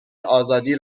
آزادی